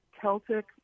celtic